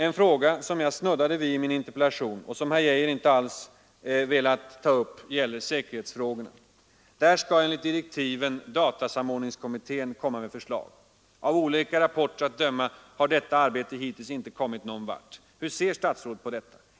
Ett problem som jag snuddade vid i min interpellation och som herr Geijer inte alls velat ta upp är säkerhetsfrågorna. Där skall enligt direktiven datasamordningskommittén komma med förslag. Av olika rapporter att döma har detta arbete hittills inte kommit någon vart. Hur ser statsrådet på detta?